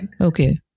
Okay